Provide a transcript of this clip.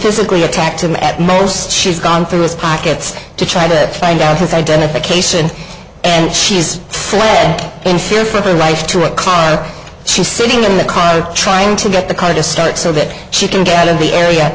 physically attacked him at most she's gone through his pockets to try to find out his identification and she's in fear for her life to a car and she's sitting in the car trying to get the car to start so that she can get out of the area